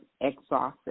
exhausted